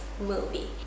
movie